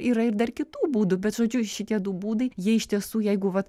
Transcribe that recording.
yra ir dar kitų būdų bet žodžiu šitie du būdai jie iš tiesų jeigu vat